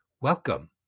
Welcome